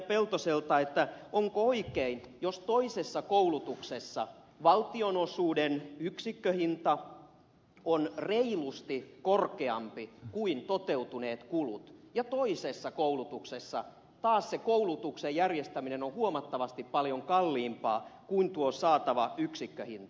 peltoselta onko oikein jos toisessa koulutuksessa valtionosuuden yksikköhinta on reilusti korkeampi kuin toteutuneet kulut ja toisessa koulutuksessa taas se koulutuksen järjestäminen on huomattavasti paljon kalliimpaa kuin tuo saatava yksikköhinta